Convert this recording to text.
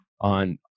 on